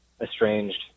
estranged